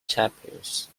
chapels